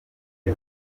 ibi